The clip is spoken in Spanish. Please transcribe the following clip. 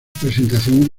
presentación